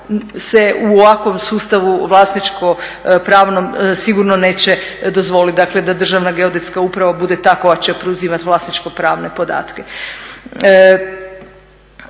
u ovakvom sustavu vlasničko pravnom sigurno neće dozvoliti da Državna geodetska upravo bude ta koja će preuzimati vlasničko pravne podatke.